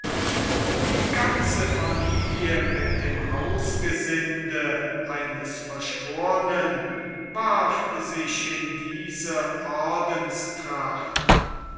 die ganze familie mit dem hausgesinde eines verschwornen warf sich in diese